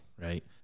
right